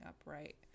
upright